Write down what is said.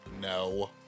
No